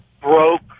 broke